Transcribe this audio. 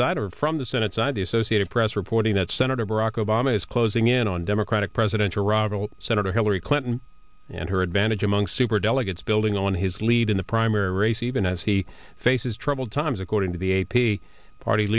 side or from the senate side the associated press reporting that senator barack obama is closing in on democratic presidential rival senator hillary clinton and her advantage among superdelegates building on his lead in the primary race even as he faces troubled times according to the a p party